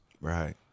Right